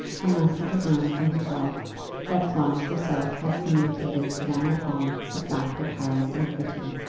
unless he could learn from his wife that florence herself had communicated to them at home the fact of harry's iniquity.